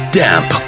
damp